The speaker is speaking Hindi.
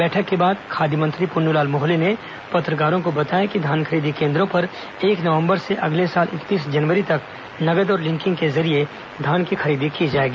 बैठक के बाद खाद्य मंत्री पुन्नूलाल मोहले ने पत्रकारों को बताया कि धान खरीदी केंद्रों पर एक नवंबर से अगले साल इकतीस जनवरी तक नगद और लिंकिंग के जरिये धान की खरीदी की जाएगी